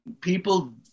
people